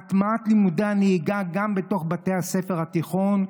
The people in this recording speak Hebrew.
הטמעת לימודי הנהיגה גם בבתי הספר התיכון,